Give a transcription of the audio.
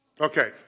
Okay